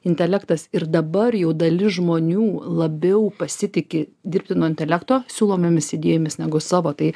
intelektas ir dabar jau dalis žmonių labiau pasitiki dirbtino intelekto siūlomomis idėjomis negu savo tai